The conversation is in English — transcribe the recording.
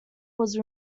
was